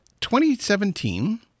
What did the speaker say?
2017